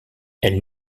elle